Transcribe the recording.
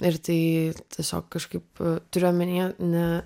ir tai tiesiog kažkaip turiu omenyje ne